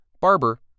Barber